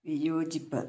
വിയോജിപ്പ്